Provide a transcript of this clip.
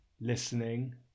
listening